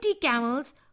camels